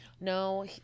No